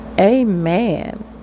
Amen